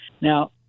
Now